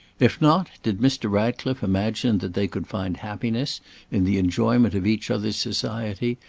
if not, did mr. ratcliffe imagine that they could find happiness in the enjoyment of each other's society,